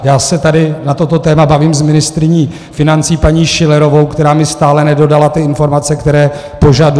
Já se tady na toto téma bavím s ministryní financí paní Schillerovou, která mi stále nedodala ty informace, které požaduji.